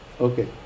Okay